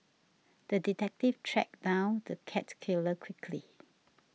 the detective tracked down the cat killer quickly